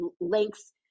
links